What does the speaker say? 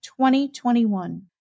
2021